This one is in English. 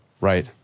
Right